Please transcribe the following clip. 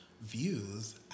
views